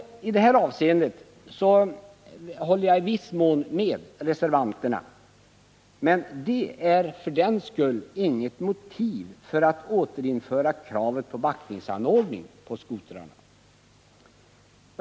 I detta avseende håller jag i viss mån med reservanterna. Men detta är inget motiv för att återinföra kravet på backningsanordning på skotrarna.